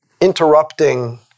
interrupting